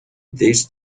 this